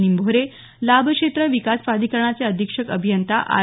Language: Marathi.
निंभोरे लाभक्षेत्र विकास प्राधिकरणाचे अधीक्षक अभियंता आर